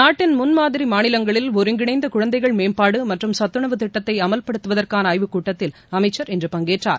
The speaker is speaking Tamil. நாட்டின் முன்மாதிரி மாநிலங்களில் ஒருங்கிணைந்த குழந்தைகள் மேம்பாட்டு மற்றும் சத்துணவு திட்டத்தை அமல்படுத்துவதற்கான ஆய்வுக்கூட்டத்தில் அமைச்சர் இன்று பங்கேற்றார்